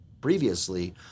previously